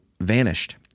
vanished